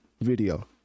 video